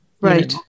Right